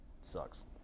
sucks